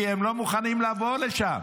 כי הם לא מוכנים לבוא לשם.